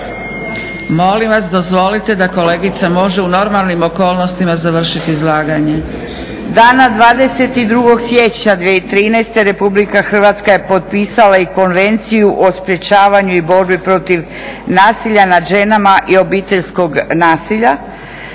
molim vas. Molim vas da kolegica može u normalnim okolnostima završiti izlaganje. **Ilić, Marija (HSU)** Dana 22. siječnja 2013. Republika Hrvatska je potpisala i Konvenciju o sprječavanju i borbi protiv nasilja nad ženama i obiteljskog nasilja.